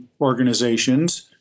organizations